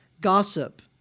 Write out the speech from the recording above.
gossip